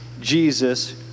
Jesus